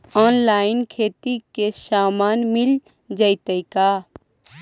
Online खेती के सामान मिल जैतै का?